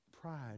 pride